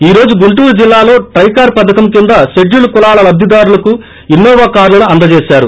ఈ రోజు గుంటూరు జిల్లాలో ట్లైకార్ పథకం కింద షెడ్యూల్డ్ కులాల లబ్దిదారులకు ఇన్సోవా కార్లను అందజేశారు